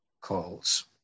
calls